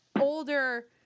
older